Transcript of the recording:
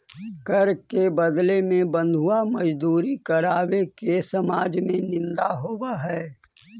कर के बदले में बंधुआ मजदूरी करावे के समाज में निंदा होवऽ हई